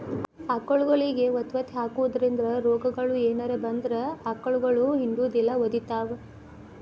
ಆಕಳಗೊಳಿಗೆ ವತವತಿ ಹಾಕೋದ್ರಿಂದ ರೋಗಗಳು ಏನರ ಬಂದ್ರ ಆಕಳಗೊಳ ಹಿಂಡುದಿಲ್ಲ ಒದಕೊತಾವ